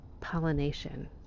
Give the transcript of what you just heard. pollination